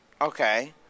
Okay